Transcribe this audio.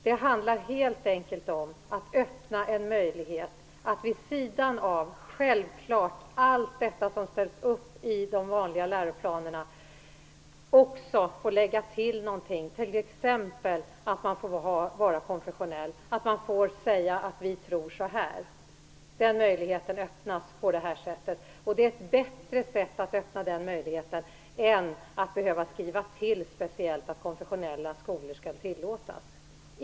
Det handlar helt enkelt om att öppna en möjlighet att vid sidan av allt det som självklart ställs upp i de vanliga läroplanerna också få lägga till någonting, t.ex. att man får vara konfessionell, att man får säga vad man tror. Den möjligheten öppnas genom förslaget. Det är ett bättre sätt att öppna den möjligheten än att behöva skriva till speciellt att konfessionella skolor skall tillåtas.